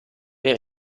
per